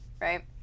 right